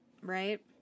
Right